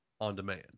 on-demand